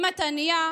// אם את ענייה,